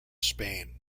spain